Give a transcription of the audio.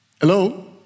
Hello